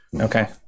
Okay